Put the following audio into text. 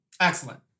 Excellent